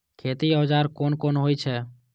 खेती औजार कोन कोन होई छै?